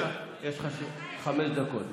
יש לך חמש דקות.